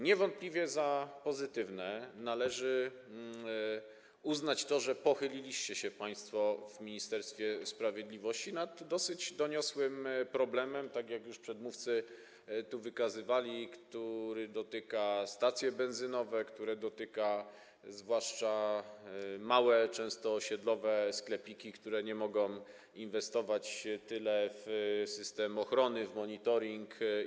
Niewątpliwie za pozytywne należy uznać to, że pochyliliście się państwo w Ministerstwie Sprawiedliwości nad dosyć doniosłym problemem, tak jak już przedmówcy tu wykazywali, który dotyka stacje benzynowe, który dotyka zwłaszcza małe, często osiedlowe sklepiki, które nie mogą inwestować tyle w system ochrony, w monitoring.